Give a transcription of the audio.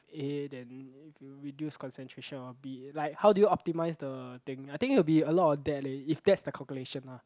A then if you reduce concentration of B like how do you optimise the thing I think it will be a lot of that leh if that's the calculation lah